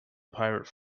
pirate